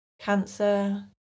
cancer